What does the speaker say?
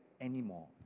anymore